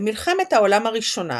במלחמת העולם הראשונה